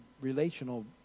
relational